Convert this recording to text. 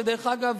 שדרך אגב,